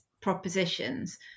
propositions